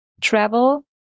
travel